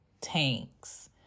tanks